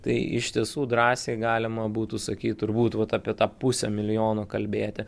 tai iš tiesų drąsiai galima būtų sakyt turbūt vat apie tą pusę milijono kalbėti